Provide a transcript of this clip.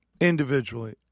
individually